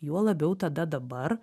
juo labiau tada dabar